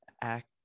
act